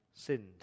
Sinned